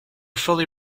fully